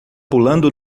pulando